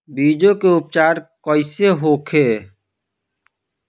बीजो उपचार कईसे होखे?